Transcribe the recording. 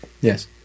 Yes